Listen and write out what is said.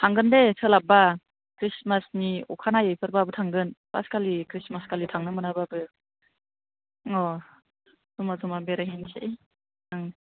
थांगोन दे सोलाब्बा ख्रिस्टमासनि अखानायैफोरबाबो थांगोन फार्स्टखालि ख्रिस्टमासखालि थांनो मोनाबाबो अ जमा जमा बेरायहैनोसै ओं